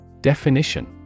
Definition